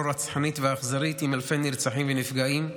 רצחנית ואכזרית עם אלפי נרצחים ונפגעים,